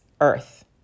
earth